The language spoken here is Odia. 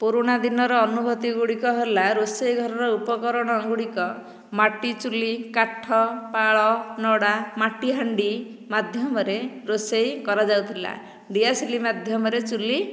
ପୁରୁଣା ଦିନର ଅନୁଭୂତି ଗୁଡ଼ିକ ହେଲା ରୋଷେଇ ଘରର ଉପକରଣ ଗୁଡ଼ିକ ମାଟି ଚୁଲି କାଠ ପାଳ ନଡ଼ା ମାଟିହାଣ୍ଡି ମାଧ୍ୟମରେ ରୋଷେଇ କରାଯାଉଥିଲା ଦିଆସିଲି ମାଧ୍ୟମରେ ଚୁଲି